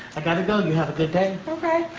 i got to go, you have a good day. alright.